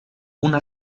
una